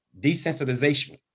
desensitization